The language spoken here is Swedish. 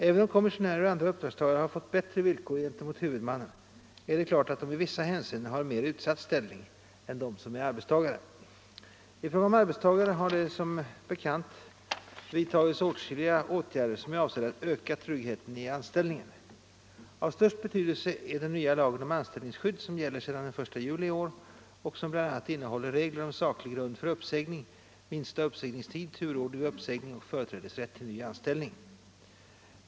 Även om kommissionärer och andra uppdragstagare har fått bättre villkor gentemot huvudmannen är det klart att de i vissa hänseenden har en mera utsatt ställning än den som är arbetstagare. I fråga om arbetstagare har det som bekant vidtagits åtskilliga åtgärder som är avsedda att öka tryggheten i anställningen. Av störst betydelse är den nya lagen om anställningsskydd som gäller sedan den 1 juli i år och som bl.a. innehåller regler om saklig grund för uppsägning, minsta uppsägningstid, turordning vid uppsägning och företrädesrätt till ny anställning.